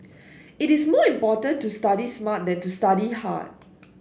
it is more important to study smart than to study hard